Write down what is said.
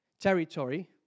territory